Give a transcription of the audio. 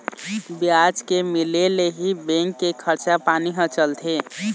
बियाज के मिले ले ही बेंक के खरचा पानी ह चलथे